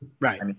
Right